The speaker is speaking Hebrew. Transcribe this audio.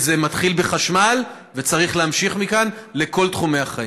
זה מתחיל בחשמל וצריך להמשיך מכאן לכל תחומי החיים.